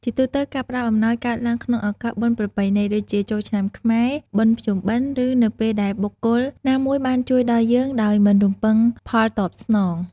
ជាទូទៅ ការផ្ដល់អំណោយកើតឡើងក្នុងឱកាសបុណ្យប្រពៃណី ដូចជាចូលឆ្នាំខ្មែរ បុណ្យភ្ជុំបិណ្ឌ ឬ នៅពេលដែលបុគ្គលណាមួយបានជួយដល់យើងដោយមិនរំពឹងផលតបស្នង។